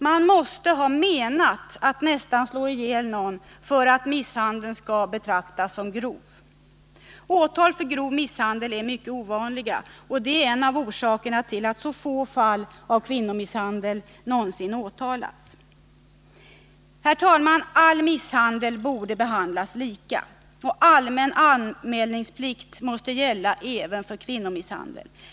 Man måste ha menat att nästan slå ihjäl någon för att misshandeln skall betraktas som grov. Åtal för grov misshandel är mycket ovanliga. Det är en av orsakerna till att så få fall av kvinnomisshandel någonsin leder till åtal. Herr talman! All misshandel borde behandlas lika. Allmän anmälningsplikt måste gälla även för kvinnomisshandel.